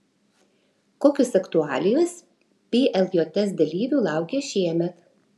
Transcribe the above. kokios aktualijos pljs dalyvių laukia šiemet